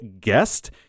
guest